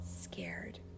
scared